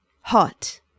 hot